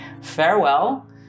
farewell